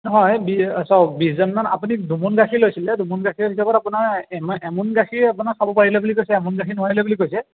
নহয় বি চাওক বিছজনমান আপুনি দুমোন গাখীৰ লৈছিলে দুমোন গাখীৰৰ হিচাপত আপোনাৰ এমোন গাখীৰ আপোনাৰ খাব পাৰিলে বুলি কৈছে এমোন গাখীৰ নোৱাৰিলে বুলি কৈছে